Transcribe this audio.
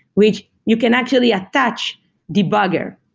which you can actually attach debugger.